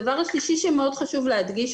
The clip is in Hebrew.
דבר שלישי שמאוד חשוב להדגיש,